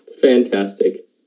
Fantastic